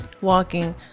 walking